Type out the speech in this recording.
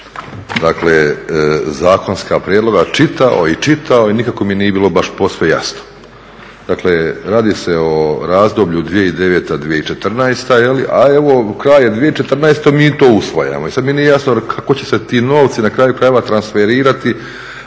ova dva zakonska prijedloga čitao i čitao i nikako mi nije baš bilo posve jasno. Dakle radi se o razdoblju 2009.-2014., a evo kraj je 2014.mi to usvajamo i sada mi nije jasno kako će se ti novci na kraju krajeva transferirati,